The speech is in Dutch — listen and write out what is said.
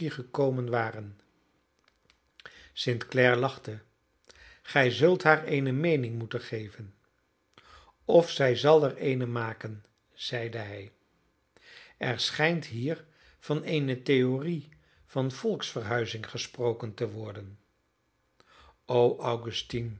gekomen waren st clare lachte gij zult haar eene meening moeten geven of zij zal er eene maken zeide hij er schijnt hier van eene theorie van volksverhuizing gesproken te worden o augustine